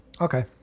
Okay